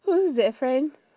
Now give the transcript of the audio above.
who's that friend